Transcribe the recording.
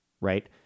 right